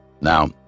Now